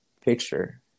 picture